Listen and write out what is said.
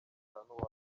badacana